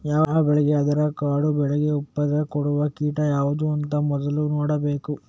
ಯಾವ ಬೆಳೆಗೆ ಆದ್ರೂ ಕೂಡಾ ಬಾಳ ಉಪದ್ರ ಕೊಡುವ ಕೀಟ ಯಾವ್ದು ಅಂತ ಮೊದ್ಲು ನೋಡ್ಬೇಕು